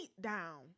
down